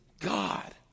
God